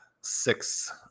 six